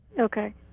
Okay